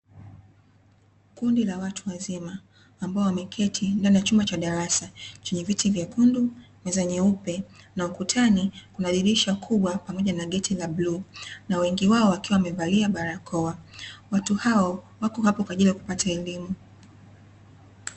Kundi la watu wazima ambao wameketi ndani ya chumba cha darasa chenye viti vyekundu, meza nyeupe na ukutani kuna dirisha kubwa, pamoja na geti la bluu, na wengi wao wakiwa wamevalia barakoa. Watu hao wako hapo kwa ajili ya kupata elimu.